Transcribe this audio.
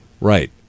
Right